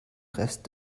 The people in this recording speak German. rest